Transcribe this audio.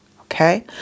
Okay